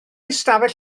ystafell